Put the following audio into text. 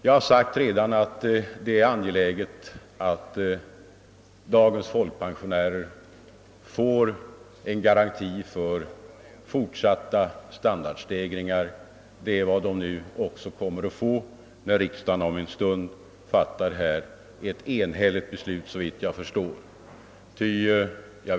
Som jag redan sagt är det angeläget att dagens folkpensionärer får garantier för fortsatt standardstegring, och det är också vad de kommer att få när riksdagen om en stund kommer att fatta ett såvitt jag förstår enhälligt beslut.